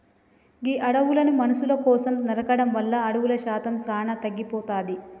గీ అడవులను మనుసుల కోసం నరకడం వల్ల అడవుల శాతం సానా తగ్గిపోతాది